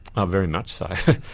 oh very much so.